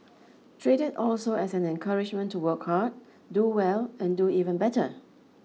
treat it also as an encouragement to work hard do well and do even better